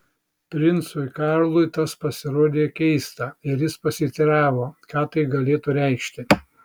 princui karlui tas pasirodė keista ir jis pasiteiravo ką tai galėtų reikšti